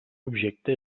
objecte